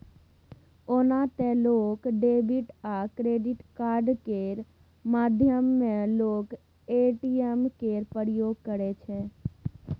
ओना तए लोक डेबिट आ क्रेडिट कार्ड केर माध्यमे लोक ए.टी.एम केर प्रयोग करै छै